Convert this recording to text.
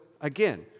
again